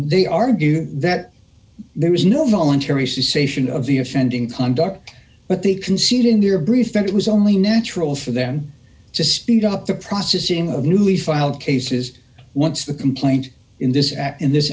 they argue that there is no voluntary sation of the offending conduct but they can see it in their brief and it was only natural for them to speed up the processing of newly filed cases once the complaint in this act in this